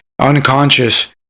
unconscious